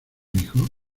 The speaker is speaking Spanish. hijo